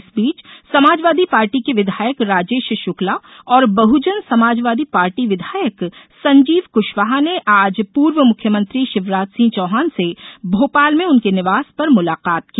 इस बीच समाजवादी पार्टी के विधायक राजेश शुक्ला और बहुजन समाजवादी पार्टी विधायक संजीव कुशवाहा ने आज पूर्व मुख्यमंत्री शिवराज सिंह चौहान से भोपाल में उनके निवास पर मुलाकात की